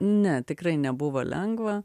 ne tikrai nebuvo lengva